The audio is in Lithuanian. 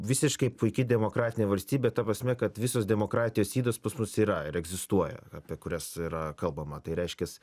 visiškai puiki demokratinė valstybė ta prasme kad visos demokratijos ydos pas mus yra ir egzistuoja apie kurias yra kalbama tai reiškias